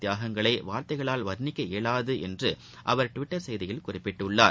தியாகங்களைவார்த்தைகளால் வா்ணிக்க இயலாதுஎன்றுஅவா் டுவிட்டர் செய்தியில் குறிப்பிட்டுள்ளார்